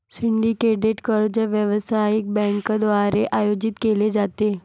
syndicated कर्ज व्यावसायिक बँकांद्वारे आयोजित केले जाते